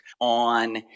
on